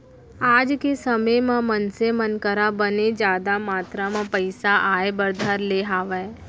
आज के समे म मनसे मन करा बने जादा मातरा म पइसा आय बर धर ले हावय